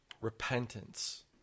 Repentance